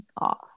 off